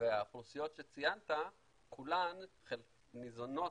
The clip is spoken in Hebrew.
והאוכלוסיות שציינת כולן ניזונות